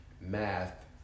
math